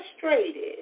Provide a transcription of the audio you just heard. frustrated